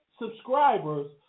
subscribers